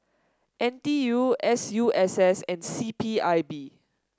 N T U S U S S and C P I B